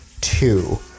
two